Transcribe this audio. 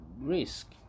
risk